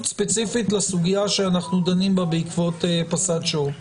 ספציפית לסוגיה שאנחנו דנים בה בעקבות פס"ד שור.